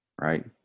right